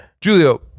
Julio